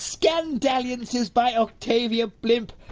scandalliances by octavia blimp.